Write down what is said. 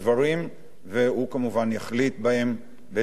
והוא כמובן יחליט בהם בהתאם לסמכותו